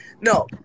No